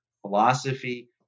philosophy